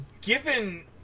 given